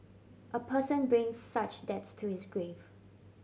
a person brings such debts to his grave